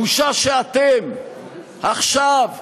בושה שאתם עכשיו,